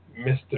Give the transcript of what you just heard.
Mr